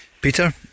Peter